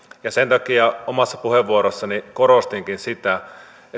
ja sen takia omassa puheenvuorossani korostinkin sitä